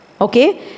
Okay